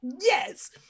yes